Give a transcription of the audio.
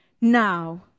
now